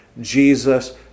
Jesus